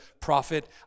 prophet